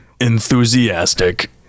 Enthusiastic